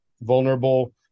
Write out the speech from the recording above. vulnerable